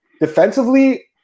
defensively